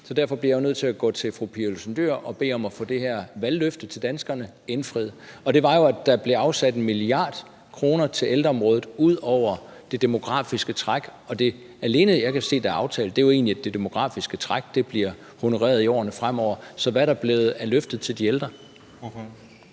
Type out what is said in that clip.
så derfor bliver jeg nødt til at gå til fru Pia Olsen Dyhr og bede om at få det her valgløfte til danskerne indfriet, og det var, at der bliver afsat 1 mia. kr. til ældreområdet ud over det demografiske træk. Det, jeg kan se alene er aftalt, er egentlig, at det demografiske træk bliver honoreret i årene fremover. Så hvad er der blevet af løftet til de ældre?